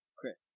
Chris